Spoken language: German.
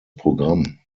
programm